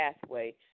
pathway